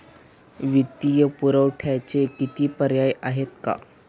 वित्तीय पुरवठ्याचे किती पर्याय आहेत का?